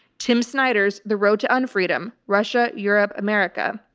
tim snyder's the road to unfreedom, russia, europe, america,